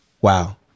Wow